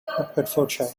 hertfordshire